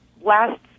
last